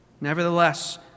Nevertheless